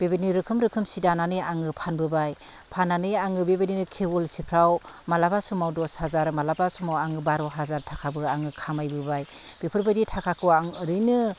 बेबायदिनो रोखोम रोखोम सि दानानै आङो फानबोबाय फाननानै आङो बेबायदिनो आङो खेवलसेफ्राव मालाबा समाव दस हाजार मालाबा समाव बार' हाजार थाखाबो आङो खामायबोबाय बेफोरबायदि थाखाखौ आं ओरैनो